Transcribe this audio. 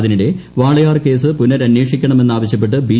അതിനിടെ വാളയാർ കേസ് പുനരന്വേഷിക്കണം എന്നാവശ്യപ്പെട്ട് ബി